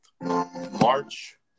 March